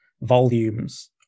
volumes